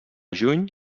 juny